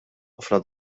ħafna